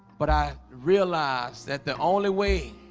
but i realized that the only way